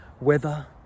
weather